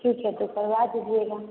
ठीक है तो करवा दीजिएगा